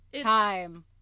Time